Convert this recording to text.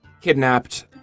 kidnapped